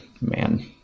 man